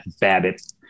Babbitt